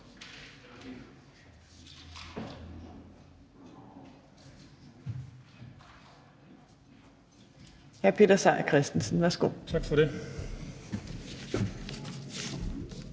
Hr. Peter Seier Christensen, værsgo. Kl.